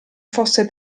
fosse